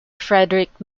frederick